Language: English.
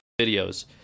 videos